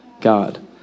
God